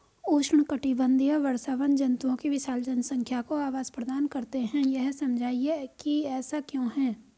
उष्णकटिबंधीय वर्षावन जंतुओं की विशाल जनसंख्या को आवास प्रदान करते हैं यह समझाइए कि ऐसा क्यों है?